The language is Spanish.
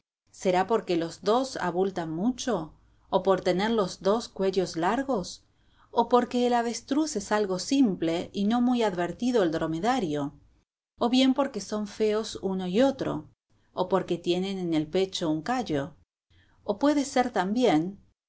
será porque los dos abultan mucho o por tener los dos los cuellos largos o porque el avestruz es algo simple y no muy advertido el dromedario o bien porque son feos uno y otro o porque tienen en el pecho un callo o puede ser también